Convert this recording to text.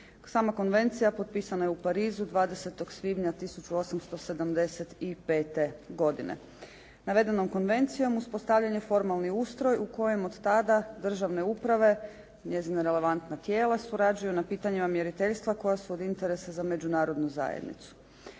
Sama konvencija potpisana je u Parizu 20. svibnja 1875. godine. Navedenom konvencijom uspostavljen je formalni ustroj u kojem od tada državne uprave, njezina relevantna tijela surađuju na pitanjima mjeriteljstva koja su od interesa za međunarodnu zajednicu.